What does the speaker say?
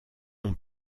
ont